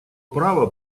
права